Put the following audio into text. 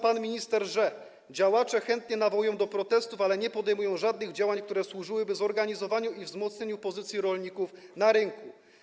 Pan minister wskazał, że: działacze chętnie nawołują do protestów, ale nie podejmują żadnych działań, które służyłyby zorganizowaniu i wzmocnieniu pozycji rolników na rynku.